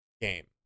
game